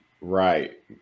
Right